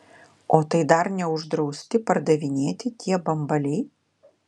o tai dar neuždrausti pardavinėti tie bambaliai